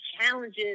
challenges